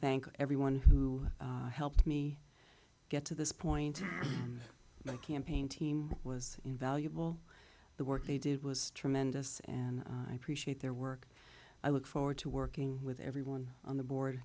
thank everyone who helped me get to this point my campaign team was invaluable the work they did was tremendous and i appreciate their work i look forward to working with everyone on the board